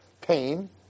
pain